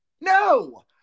No